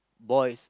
boys